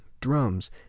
drums